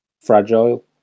fragile